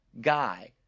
guy